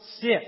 sit